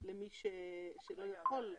למי שלא יכול.